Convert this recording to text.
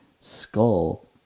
skull